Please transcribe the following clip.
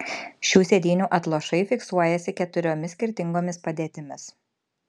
šių sėdynių atlošai fiksuojasi keturiomis skirtingomis padėtimis